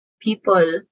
people